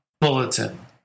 bulletin